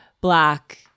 black